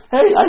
Hey